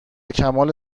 کمال